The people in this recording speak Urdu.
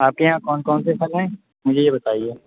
آپ کے یہاں کون کونسے پھل ہیں مجھے یہ بتائیے